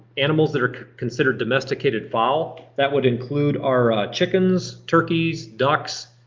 animals that are considered domesticated fowl. that would include our chickens, turkeys, ducks,